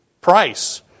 price